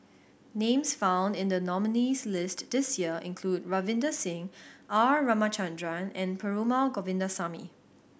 names found in the nominees' list this year include Ravinder Singh R Ramachandran and Perumal Govindaswamy